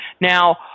Now